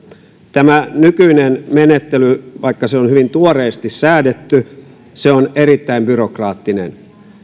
tämä nykyinen menettely vaikka se on hyvin tuoreesti säädetty on erittäin byrokraattinen